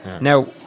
now